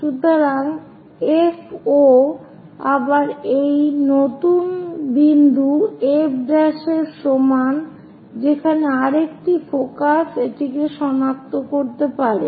সুতরাং FO আবার এই নতুন বিন্দু F এর সমান যেখানে আরেকটি ফোকাস এটিকে সনাক্ত করতে পারে